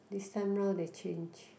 this time round they change